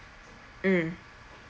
mm